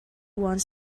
wants